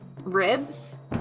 ribs